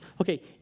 Okay